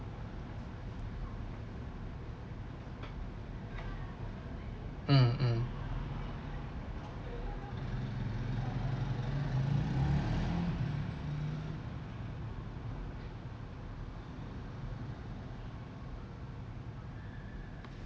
mm mm